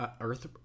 earth